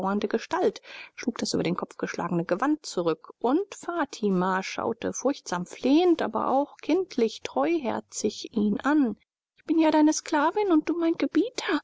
gestalt schlug das über den kopf geschlagene gewand zurück und fatima schaute furchtsam flehend aber auch kindlich treuherzig ihn an ich bin ja deine sklavin und du mein gebieter